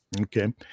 Okay